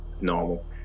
normal